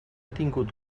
tingut